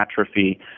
atrophy